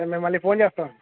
నేను మళ్ళీ ఫోన్ చేస్తాను